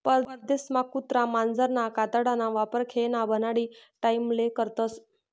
परदेसमा कुत्रा मांजरना कातडाना वापर खेयना बनाडानी टाईमले करतस